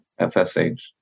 FSH